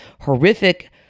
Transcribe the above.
horrific